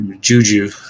Juju